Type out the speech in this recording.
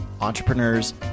entrepreneurs